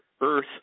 earth